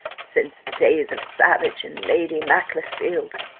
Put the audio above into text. since the days of savage and lady macclesfield.